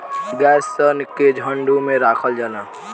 गाय सन के झुंड में राखल जाला